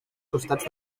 costats